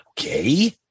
okay